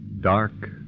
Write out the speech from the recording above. Dark